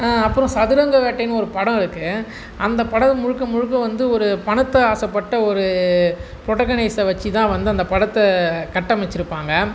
அப்புறம் சதுரங்க வேட்டைனு ஒரு படம் இருக்குது அந்த படம் முழுக்க முழுக்க வந்து ஒரு பணத்தை ஆசைப்பட்ட ஒரு ப்ரொடகனசை வச்சுதான் வந்து அந்த படத்தை கட்டமைச்சுருப்பாங்க